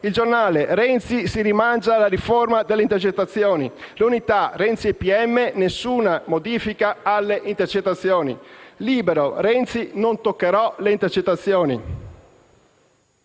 «il Giornale»: «Renzi si rimangia la riforma delle intercettazioni»; «l'Unità»: «Renzi ai PM: "Nessuna modifica alle intercettazioni"»; «Libero»: «Renzi: "Non toccherò le intercettazioni"».